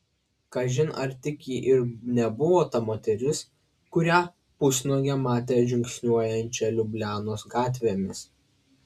kažin ar tik ji ir nebuvo ta moteris kurią pusnuogę matė žingsniuojančią liublianos gatvėmis